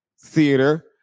Theater